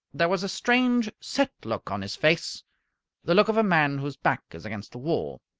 there was a strange, set look on his face the look of a man whose back is against the wall.